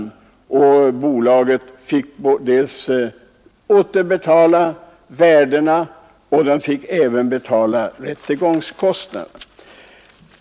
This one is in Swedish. Bolaget måste dels återersätta värdena, dels betala rättegångskostnaderna.